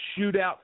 shootout